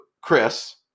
Chris